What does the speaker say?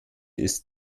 ist